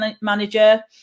manager